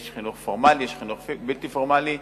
יש חינוך פורמלי, יש חינוך בלתי פורמלי,